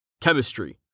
Chemistry